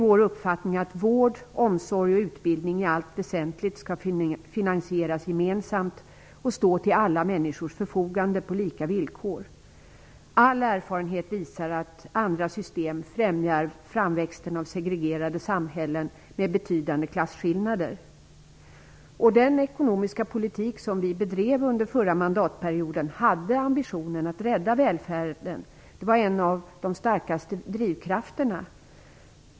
Vår uppfattning är att vård, omsorg och utbildning i allt väsentligt skall finansieras gemensamt och stå till alla människors förfogande på lika villkor. All erfarenhet visar att andra system främjar framväxten av segregerade samhällen med betydande klasskillnader. Den ekonomiska politik som vi bedrev under den förra mandatperioden hade ambitionen att rädda välfärden. Det var en av de starkaste drivkrafterna.